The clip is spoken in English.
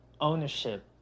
ownership